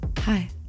Hi